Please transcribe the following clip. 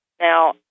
Now